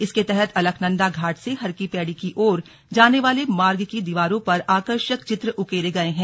इसके तहत अलकनंदा घाट से हरकी पैडी की ओर जाने वाले मार्ग की दीवारों पर आकर्षक चित्र उकेरे गए हैं